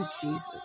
Jesus